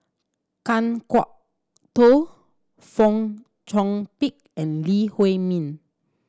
Kan Kwok Toh Fong Chong Pik and Lee Huei Min